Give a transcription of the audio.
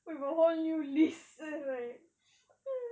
with a whole new list